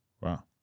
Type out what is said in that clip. Wow